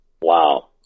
Wow